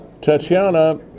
tatiana